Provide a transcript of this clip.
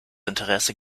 interesse